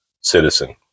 citizen